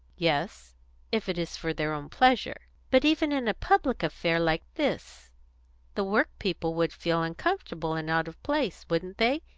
yes if it is for their own pleasure. but even in a public affair like this the work-people would feel uncomfortable and out of place, wouldn't they,